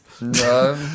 No